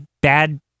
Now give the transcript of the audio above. bad-